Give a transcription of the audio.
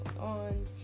on